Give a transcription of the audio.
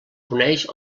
coneix